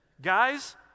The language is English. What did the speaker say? Guys